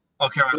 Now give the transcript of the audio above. Okay